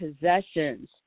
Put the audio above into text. possessions